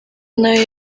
nayo